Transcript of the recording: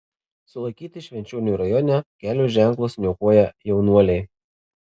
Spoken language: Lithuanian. sulaikyti švenčionių rajone kelio ženklus niokoję jaunuoliai